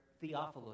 Theophilus